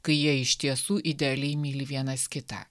kai jie iš tiesų idealiai myli vienas kitą